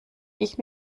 ich